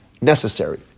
necessary